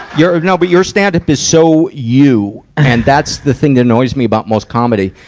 you're, no, but you're stand-up is so you. and that's the thing that annoys me about most comedy,